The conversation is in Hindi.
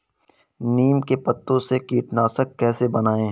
नीम के पत्तों से कीटनाशक कैसे बनाएँ?